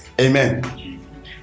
Amen